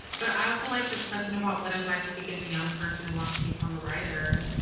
but i also like this question about what advice would you give a young person who wants to become a writer?